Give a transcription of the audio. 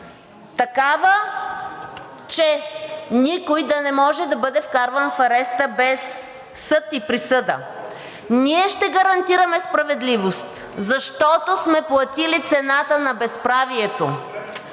такава, че никой да не може да бъде вкарван в ареста без съд и присъда. Ние ще гарантираме справедливост, защото сме платили цената на безправието.